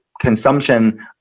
consumption